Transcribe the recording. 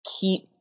keep